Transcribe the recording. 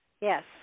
Yes